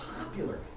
popular